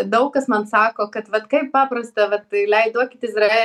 daug kas man sako kad vat kaip paprasta vat leid duokit izrae